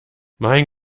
mein